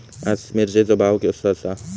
आज मिरचेचो भाव कसो आसा?